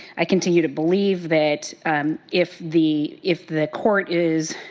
i continue to believe that if the if the court is,